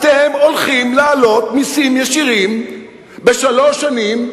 אתם הולכים להעלות מסים ישירים בשלוש שנים.